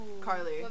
Carly